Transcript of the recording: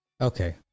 Okay